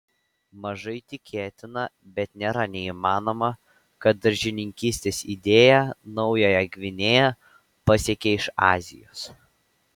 mažai tikėtina bet nėra neįmanoma kad daržininkystės idėja naująją gvinėją pasiekė iš azijos